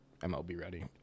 MLB-ready